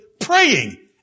praying